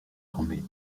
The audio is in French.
armée